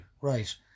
Right